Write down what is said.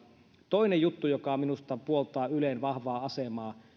toinen juttu joka minusta puoltaa ylen vahvaa asemaa